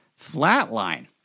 flatline